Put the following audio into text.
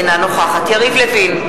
אינה נוכחת יריב לוין,